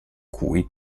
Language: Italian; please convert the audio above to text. cui